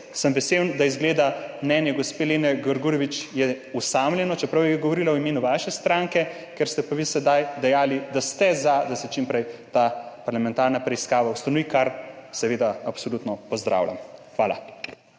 jaz vesel, da je izgleda mnenje gospe Lene Grgurevič osamljeno, čeprav je govorila v imenu vaše stranke, ker ste pa vi sedaj dejali, da ste za, da se čim prej ustanovi ta parlamentarna preiskava, kar seveda absolutno pozdravljam. Hvala.